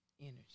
energy